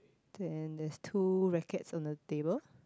then there's two rackets on the table